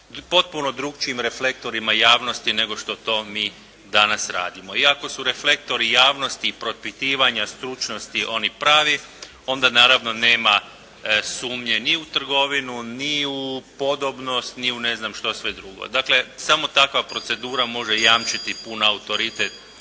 potpuno drukčijim reflektorima javnosti nego što to mi danas radimo. I ako su reflektori javnosti i propitivanja stručnosti oni pravi, onda naravno nema sumnje ni u trgovinu, ni u podobnosti, ni u ne znam što sve drugo. Dakle, samo takva procedura može jamčiti pun autoritet